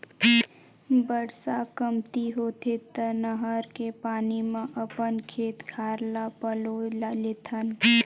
बरसा कमती होथे त नहर के पानी म अपन खेत खार ल पलो लेथन